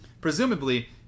Presumably